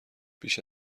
بیش